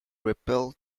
repel